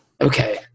okay